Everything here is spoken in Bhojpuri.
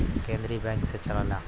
केन्द्रीय बैंक से चलेला